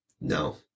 No